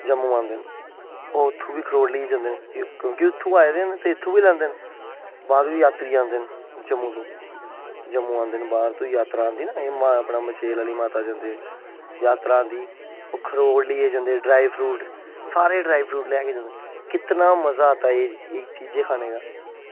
जम्मू आंदे न ओह् इत्थूं बी खरोट लेइयै जंदे न क्योंकि ओह् इत्थें आए दे होंदे ते इत्थूं लेइयै जंदे न बाहरा जात्तरी आंदे जम्मू दे बाहर दी जात्तरा आंदी ना एह् मचैल माता दे जंदे जात्तरा आंदी खरोट लेइयै जंदे ड्राई फ्रूट सारे ड्राई फ्रूट लैआंदे न कितना मज़ा आता ऐ यह चीज़ें खानै का